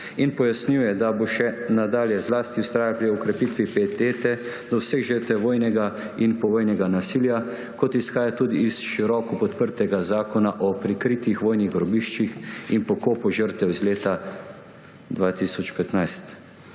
in pojasnjuje, da bo še nadalje zlasti vztrajala pri okrepitvi pietete do vseh žrtev vojnega in povojnega nasilja, kot izhaja tudi iz široko podprtega Zakona o prikritih vojnih grobiščih in pokopu žrtev iz leta 2015.